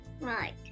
right